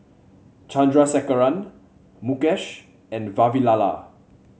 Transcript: Chandrasekaran Mukesh and Vavilala